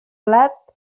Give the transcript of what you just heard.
blat